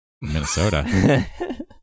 Minnesota